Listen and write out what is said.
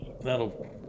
that'll